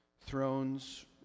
Thrones